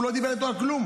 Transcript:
הוא לא דיבר איתו על כלום,